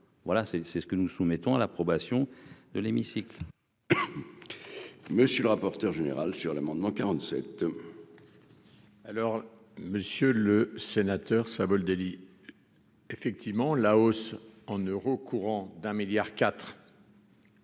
Voilà c'est c'est ce que nous soumettons à l'approbation de l'hémicycle. Monsieur le rapporteur général sur l'amendement 47. Alors, Monsieur le Sénateur, Savoldelli effectivement la hausse en euros courants d'un milliard